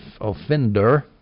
offender